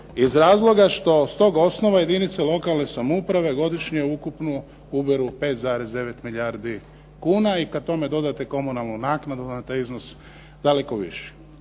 iz razloga što s tog osnova jedinice lokalne samouprave godišnje ukupno uberu 5,9 milijardi kuna i kada tome dodate komunalnu naknadu, onda je taj iznos daleko viši.